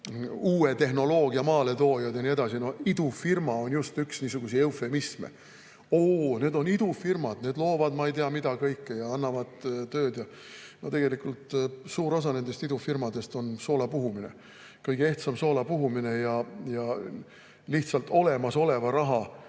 uue tehnoloogia maaletoojad ja nii edasi. Idufirma on just üks niisuguseid eufemisme. Oo, need on idufirmad, need loovad ma ei tea mida kõike ja annavad tööd! Tegelikult suur osa nendest idufirmadest on soolapuhumine, kõige ehtsam soolapuhumine, ja lihtsalt olemasoleva raha